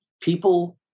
people